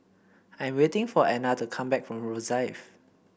I'm waiting for Ena to come back from Rosyth